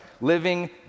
living